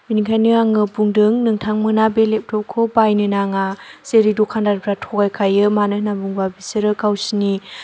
बेनिखायनो आङो बुंदों नोंथांमोना बे लेपट'पखौ बायनो नाङा जेरै दखानदारफोरा थगायखायो मानो होनना बुंबा बिसोरो गावसोरनि